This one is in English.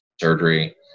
surgery